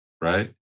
right